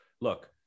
look